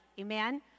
amen